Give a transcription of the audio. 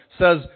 says